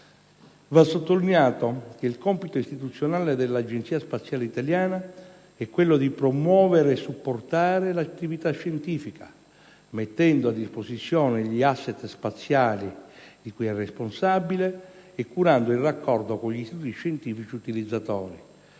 Va sottolineato che il compito istituzionale dell'Agenzia spaziale italiana è quello di promuovere e supportare l'attività scientifica mettendo a disposizione gli *asset* spaziali di cui è responsabile e curando il raccordo con gli istituti scientifici utilizzatori;